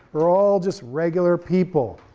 we're all just regular people,